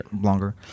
longer